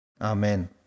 Amen